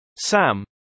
Sam